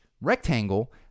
rectangle